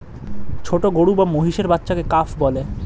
ছোট গরু বা মহিষের বাচ্চাকে কাফ বলে